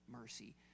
mercy